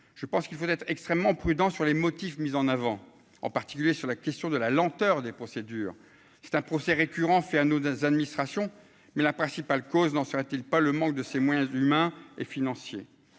je pense qu'il faut être extrêmement prudent sur les motifs mis en avant, en particulier sur la question de la lenteur des procédures, c'est un procès récurrent fait à nous, administration, mais la principale cause d'anciens a-t-il pas le manque de ses moyens humains et financiers,